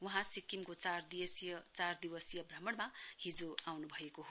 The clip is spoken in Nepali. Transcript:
वहाँ सिक्किमको चार दिवसीय भ्रमणमा हिजो आउनुभएको हो